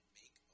make